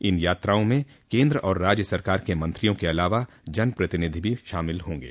इन यात्राओं में केन्द्र और राज्य सरकार के मंत्रियों के अलावा जनप्रतिनिधि भी शामिल होंगे